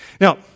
Now